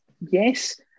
yes